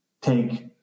take